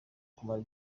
kumara